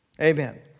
Amen